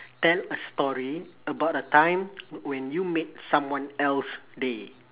tell a story about a time when you made someone else day